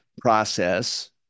process